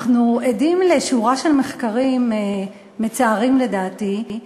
אנחנו עדים לשורה של מחקרים מצערים, לדעתי,